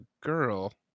girl